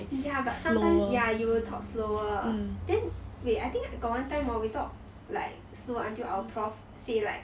ya but sometime ya you will talk slower then wait I think I got one time hor we talk like slow until our prof say like